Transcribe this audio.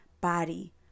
body